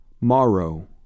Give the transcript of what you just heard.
Morrow